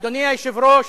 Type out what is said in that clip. אדוני היושב-ראש,